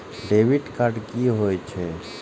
Debit card की होय छे?